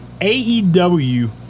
AEW